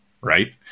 right